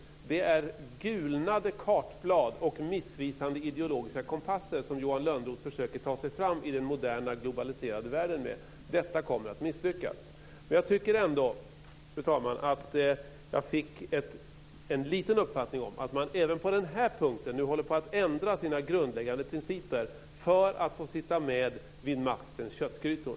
Det är gulnade kartblad och missvisande ideologiska kompasser som Johan Lönnroth försöker ta sig fram med i den moderna globaliserade världen. Detta kommer att misslyckas. Jag tycker ändå, fru talman, att jag fick en liten uppfattning om att man även på den här punkten nu håller på att ändra sina grundläggande principer för att få sitta med vid maktens köttgrytor.